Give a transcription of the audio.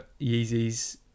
Yeezys